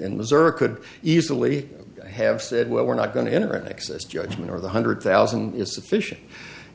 in missouri could easily have said well we're not going to enter an access judgment or the hundred thousand is sufficient